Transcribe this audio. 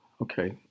Okay